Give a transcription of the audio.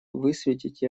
высветить